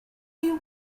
you